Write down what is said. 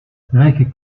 rijke